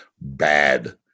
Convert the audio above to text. bad